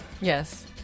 Yes